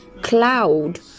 cloud